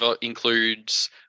includes